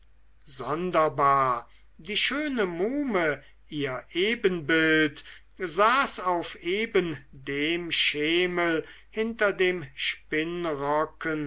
sonderbar die schöne muhme ihr ebenbild saß auf eben dem schemmel hinter dem